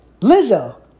Lizzo